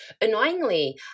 annoyingly